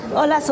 Hola